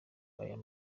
ayo